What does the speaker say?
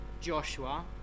Joshua